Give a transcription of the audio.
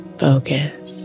focus